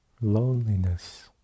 loneliness